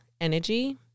energy